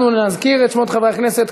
אנחנו נזכיר את שמות חברי הכנסת,